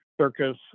circus